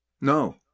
No